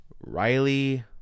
riley